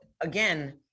again